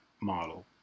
model